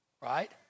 right